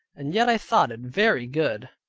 and yet i thought it very good.